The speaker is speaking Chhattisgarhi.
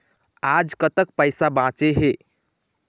आज कतक पैसा बांचे हे?